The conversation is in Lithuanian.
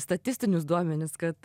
statistinius duomenis kad